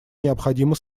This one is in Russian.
необходима